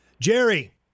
Jerry